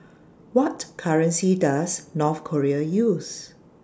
What currency Does North Korea use